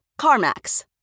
CarMax